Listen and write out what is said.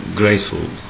grateful